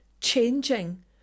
changing